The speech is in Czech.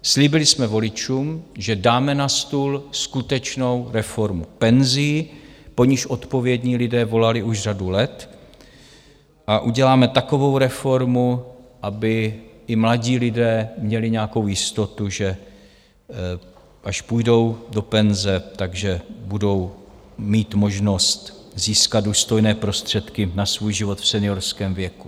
Slíbili jsme voličům, že dáme na stůl skutečnou reformu penzí, po níž odpovědní lidé volali už řadu let, a uděláme takovou reformu, aby i mladí lidé měli nějakou jistotu, že až půjdou do penze, tak budou mít možnost získat důstojné prostředky na svůj život v seniorském věku.